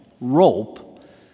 rope